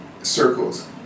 Circles